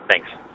Thanks